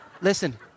Listen